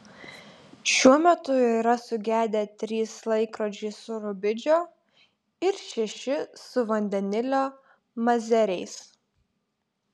šiuo metu yra sugedę trys laikrodžiai su rubidžio ir šeši su vandenilio mazeriais